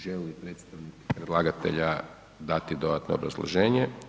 Želi li predstavnik predlagatelja dati dodatno obrazloženje?